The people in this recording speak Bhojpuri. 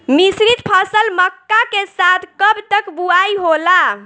मिश्रित फसल मक्का के साथ कब तक बुआई होला?